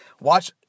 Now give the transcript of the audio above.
watch